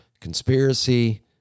conspiracy